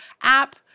app